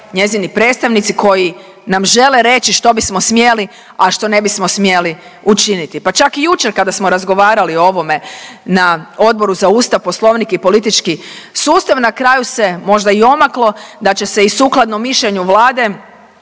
njezini predstavnici koji nam žele reći što bismo smjeli, a što ne bismo smjeli učiniti, pa čak i jučer kada smo razgovarali o ovome na Odboru za Ustav, Poslovnik i politički sustav na kraju se možda i omaklo da će se i sukladno mišljenju Vlade